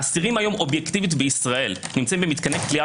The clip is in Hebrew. האסירים היום אובייקטיבית בישראל נמצאים במתקני כליאה